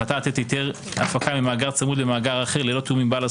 החלטה לתת היתר הפקה ממאגר הצמוד למאגר אחר,